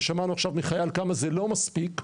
ושמענו עכשיו מחייל כמה זה לא מספיק,